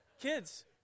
Kids